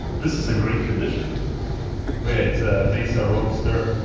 this is in great condition but yeah, it's a mesa roadster